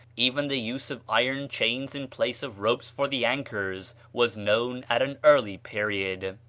even the use of iron chains in place of ropes for the anchors was known at an early period.